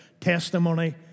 testimony